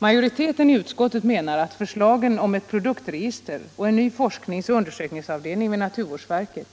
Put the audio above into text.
Majoriteten i utskottet menar att förslagen om ett produktregister och en ny forskningsoch undersökningsavdelning vid naturvårdsverket